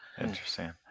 Interesting